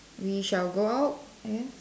we shall go out I guess